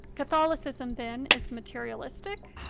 catholicism, then, is materialistic?